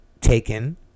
taken